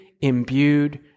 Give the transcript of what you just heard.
imbued